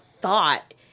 thought